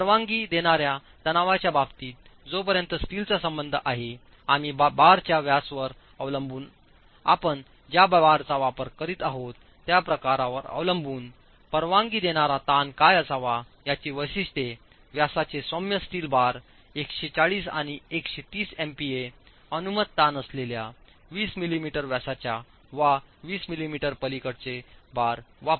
परवानगी देण्याच्या तणावाच्या बाबतीत जोपर्यंत स्टीलचा संबंध आहे आम्ही बारच्या व्यासावर अवलंबून आपण ज्या बारचा वापर करीत आहोत त्या प्रकारावर अवलंबून परवानगी देणारा ताण काय असावा याची वैशिष्ट्ये व्यासाचे सौम्य स्टील बार 140 आणि 130 एमपीए अनुमत ताण असलेल्या 20 मिलीमीटर व्यासाच्या वा 20 मिलीमीटर पलीकडेचे बार वापरू